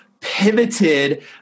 pivoted